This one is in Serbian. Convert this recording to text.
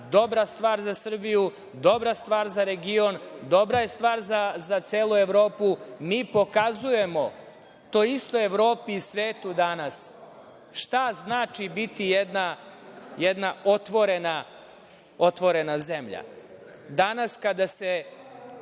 dobra stvar za Srbiju, dobra stvar za region, dobra je stvar za celu Evropu. Mi pokazujemo toj istoj Evropi i svetu danas šta znači biti jedna otvorena zemlja. Danas kada se